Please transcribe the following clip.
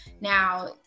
now